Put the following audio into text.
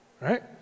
right